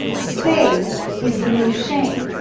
staying is the new shame.